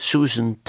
Susan